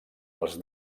els